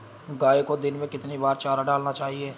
गाय को दिन में कितनी बार चारा डालना चाहिए?